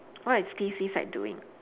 what is T_C side doing